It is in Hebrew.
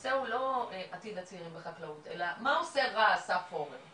שהנושא הוא לא עתיד הצעירים בחקלאות אלא מה עושה רע השר פורר.